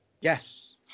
Yes